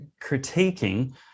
critiquing